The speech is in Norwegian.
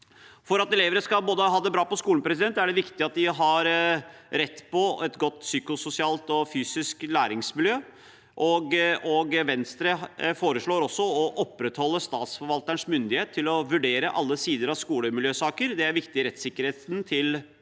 For at elevene skal ha det bra på skolen, er det viktig at de har rett på et godt psykososialt og fysisk læringsmiljø, og Venstre foreslår også å opprettholde statsforvalterens myndighet til å vurdere alle sider av skolemiljøsaker. Det er viktig for rettssikkerheten til elevene